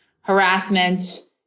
Harassment